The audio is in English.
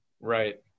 right